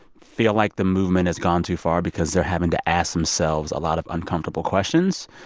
feel like the movement has gone too far because they're having to ask themselves a lot of uncomfortable questions.